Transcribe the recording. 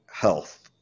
health